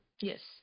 Yes